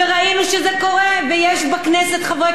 ויש בכנסת חברי כנסת חברתיים,